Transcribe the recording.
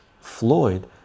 Floyd